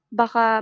baka